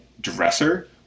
dresser